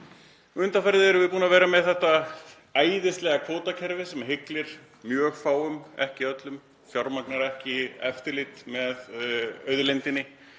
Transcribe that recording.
Undanfarið erum við búin að vera með þetta æðislega kvótakerfi sem hyglir mjög fáum, ekki öllum, fjármagnar ekki eftirlit með auðlindinni.